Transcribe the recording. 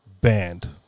banned